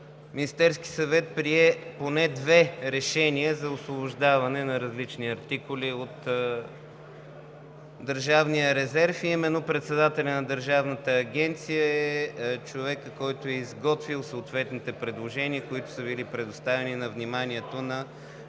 Министерският съвет прие поне две решения за освобождаване на различни артикули от държавния резерв и именно председателят на Държавната агенция е човекът, който е изготвил съответните предложения, които са били предоставени на вниманието на